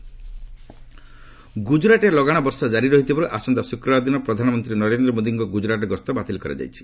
PM Gujarat ଗୁଜରାଟରେ ଲଗାଣ ବର୍ଷା ଜାରି ରହିଥିବାରୁ ଆସନ୍ତା ଶୁକ୍ରବାର ଦିନ ପ୍ରଧାନମନ୍ତ୍ରୀ ନରେନ୍ଦ୍ର ମୋଦିଙ୍କ ଗୁଜରାଟ ଗସ୍ତ ବାତିଲ କରାଯାଇଛି